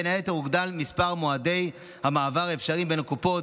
בין היתר הוגדל מספר מועדי המעבר האפשריים בין הקופות,